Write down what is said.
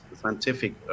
scientific